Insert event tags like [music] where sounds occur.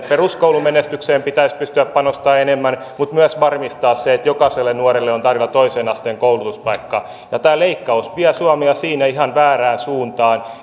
peruskoulumenestykseen pitäisi pystyä panostamaan enemmän mutta pitäisi myös varmistaa se että jokaiselle nuorelle on tarjolla toisen asteen koulutuspaikka tämä leikkaus vie suomea siinä ihan väärään suuntaan [unintelligible]